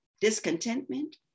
discontentment